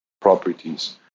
properties